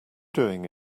doing